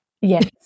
Yes